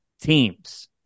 teams